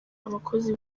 abakozi